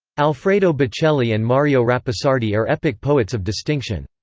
alfredo baccelli and mario rapisardi are epic poets of distinction.